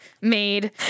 made